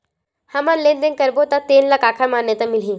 हमन लेन देन करबो त तेन ल काखर मान्यता मिलही?